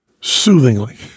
Soothingly